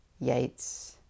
Yates